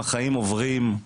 החיים עוברים,